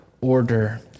order